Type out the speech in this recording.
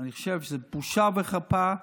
אני חושב שזו בושה וחרפה,